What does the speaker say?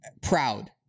proud